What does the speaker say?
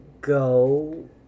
go